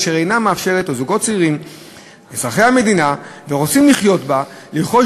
אשר אינה מאפשרת לזוגות צעירים אזרחי המדינה הרוצים לחיות בה לרכוש